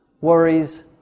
worries